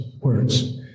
words